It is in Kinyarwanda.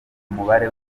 umubare